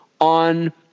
on